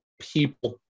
people